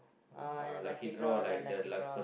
oh ya lucky draw lah lucky draw